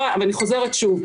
אני חוזרת שוב,